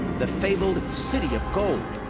the fabled city of gold?